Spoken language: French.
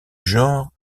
genre